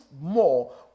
more